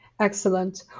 Excellent